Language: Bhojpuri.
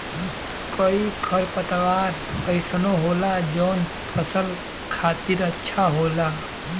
कई खरपतवार अइसनो होला जौन फसल खातिर अच्छा होला